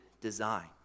design